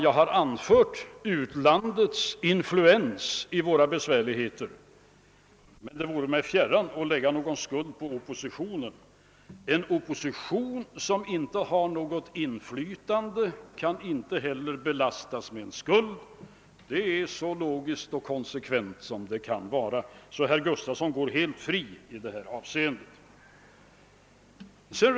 Jag har redan berört utlandets influens på våra besvärligheter, men det vare mig fjärran att vilja lägga skulden på oppositionen. En opposition som inte har något inflytande kan inte heller belastas med någon skuld — det är logiskt och konsekvent — så herr Gustafson går helt fri i det avseendet.